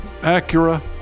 Acura